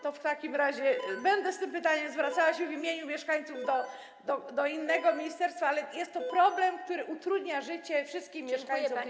To w takim razie będę z tym pytaniem zwracała się w imieniu mieszkańców do innego ministerstwa, bo jest to problem, który utrudnia życie wszystkim mieszkańcom tej dzielnicy.